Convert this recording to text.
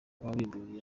wabimburiye